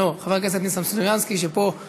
לא, חבר הכנסת ניסן סלומינסקי פה,